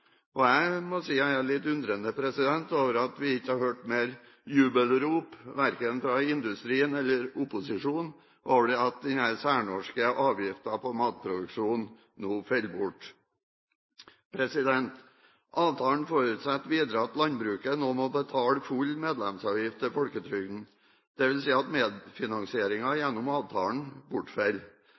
Og jeg må si at jeg undrer meg litt over at vi ikke har hørt mer jubelrop fra verken industrien eller opposisjonen over at denne særnorske avgiften på matproduksjon nå faller bort. Avtalen forutsetter videre at landbruket nå må betale full medlemsavgift til folketrygden, dvs. at medfinansieringen gjennom avtalen